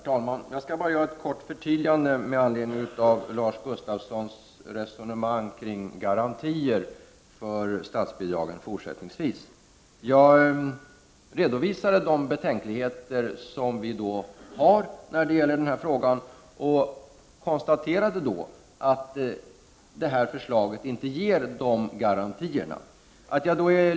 Herr talman! Jag skall bara göra ett kort förtydligande med anledning av Lars Gustafssons resonemang om garantier för statsbidragen fortsättningsvis. Jag redovisade de betänkligheter som vi har beträffande den här frågan och konstaterade att detta förslag inte ger de garantier som Lars Gustafsson påstår.